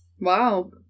Wow